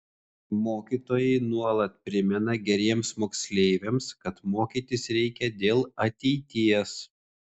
mokytojai nuolat primena geriems moksleiviams kad mokytis reikia dėl ateities